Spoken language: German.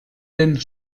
den